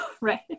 right